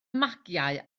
magiau